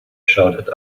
shouted